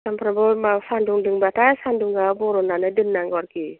सानफ्रोमबो मा सानदुं दुंबाथाय सानदुङाव बरननानै दोननांगौ आरोखि